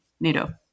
NATO